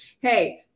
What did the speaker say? hey